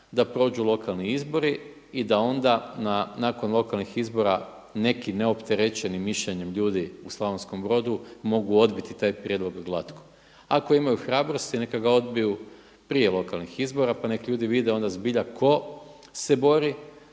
da prođu lokalni izbori i da onda nakon lokalnih izbora neki neopterećeni mišljenjem ljudi u Slavonskom Brodu mogu odbiti taj prijedlog glatko. Ako imaju hrabrosti neka ga odbiju prije lokalnih izbora pa neka ljudi vide onda zbilja tko se bori